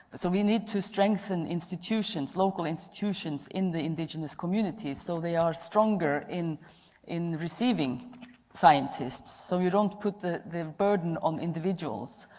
but so we need to strengthen institutions, local institutions and the indigenous communities so they are stronger in in receiving scientists so you don't put the the burden on individuals.